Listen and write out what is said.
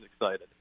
excited